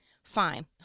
Fine